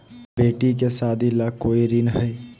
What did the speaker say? बेटी के सादी ला कोई ऋण हई?